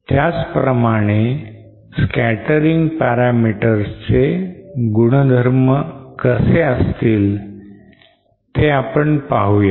त्याचप्रमाणे scattering parameters चे गुणधर्म कसे असतील ते आपण पाहूया